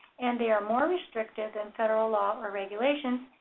and they are more restrictive than federal law or regulations,